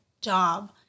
job